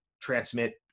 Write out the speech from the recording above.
transmit